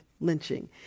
lynching